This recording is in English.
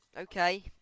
okay